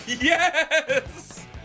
Yes